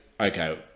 okay